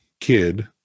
kid